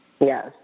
Yes